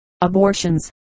abortions